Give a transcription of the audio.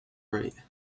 right